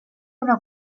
una